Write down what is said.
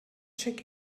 check